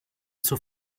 zur